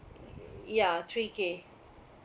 ya three K